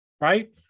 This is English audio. right